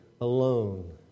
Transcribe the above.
alone